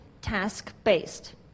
task-based